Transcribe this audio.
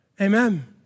amen